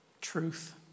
truth